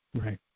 right